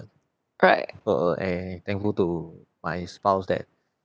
uh) [ uh eh thankful to my spouse that